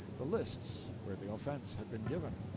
the lists where the offense had been given.